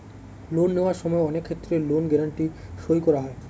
loan নেওয়ার সময় অনেক ক্ষেত্রে লোন গ্যারান্টি সই করা হয়